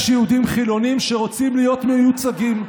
יש יהודים חילונים שרוצים להיות מיוצגים.